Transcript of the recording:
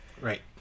right